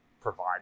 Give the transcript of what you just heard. provide